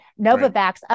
Novavax